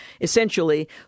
essentially